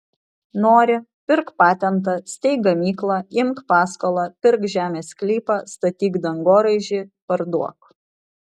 nori pirk patentą steik gamyklą imk paskolą pirk žemės sklypą statyk dangoraižį parduok